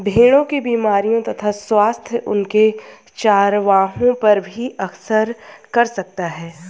भेड़ों की बीमारियों तथा स्वास्थ्य उनके चरवाहों पर भी असर कर सकता है